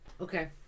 Okay